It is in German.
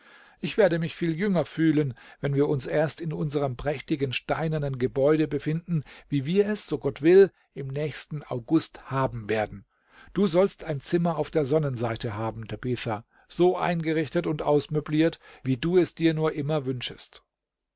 ich werde mich viel jünger fühlen wenn wir uns erst in unserem prächtigen steinernen gebäude befinden wie wir es so gott will im nächsten august haben werden du sollst ein zimmer auf der sonnenseite haben tabitha so eingerichtet und ausmöbliert wie du es dir nur immer wünschest